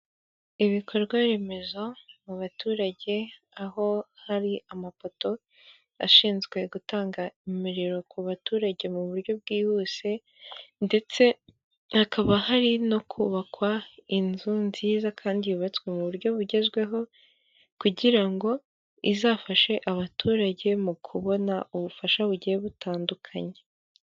Ibikorwa remezo mu baturage aho hari amapoto ashinzwe gutanga imiriro ku baturage mu buryo bwihuse ndetse hakaba hari no kubakwa inzu nziza kandi yubatswe mu buryo bugezweho kugira ngo izafashe abaturage mu kubona ubufasha bugiye butandukanye.